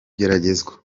igeragezwa